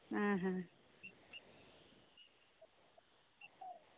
ᱦᱩᱸ ᱦᱩᱸ